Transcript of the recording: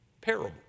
parable